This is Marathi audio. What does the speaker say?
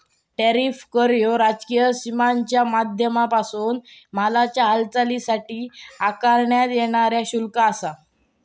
टॅरिफ कर ह्यो राजकीय सीमांच्या माध्यमांपासून मालाच्या हालचालीसाठी आकारण्यात येणारा शुल्क आसा